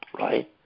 right